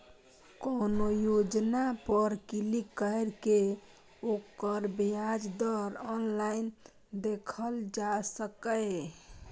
कोनो योजना पर क्लिक कैर के ओकर ब्याज दर ऑनलाइन देखल जा सकैए